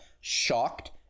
shocked